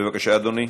בבקשה, אדוני.